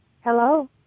Hello